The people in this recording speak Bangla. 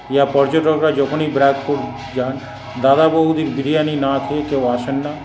ইহা পর্যটকরা যখনই ব্যারাকপুর যান দাদাবৌদির বিরিয়ানি না খেয়ে কেউ আসেন না